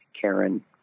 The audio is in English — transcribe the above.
Karen